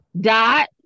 dot